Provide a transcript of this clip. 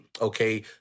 okay